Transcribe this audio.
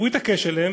הוא התעקש עליהם,